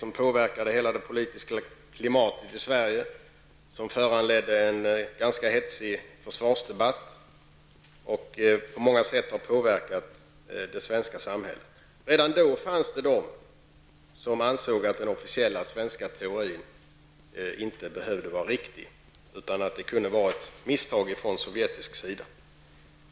Den påverkade hela det politiska klimatet i Sverige och den föranledde en ganska häftig försvarsdebatt och har på många sätt påverkat det svenska samhället. Redan då fanns det personer som ansåg att den officiella svenska teorin inte behövde vara riktig, utan att det kunde vara fråga om ett misstag ifrån sovjetisk sida.